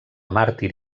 màrtir